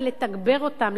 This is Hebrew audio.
ולתגבר אותם,